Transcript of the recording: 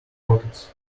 pockets